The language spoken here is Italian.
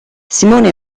simone